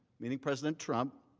meaning president trump,